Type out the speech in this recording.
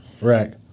Right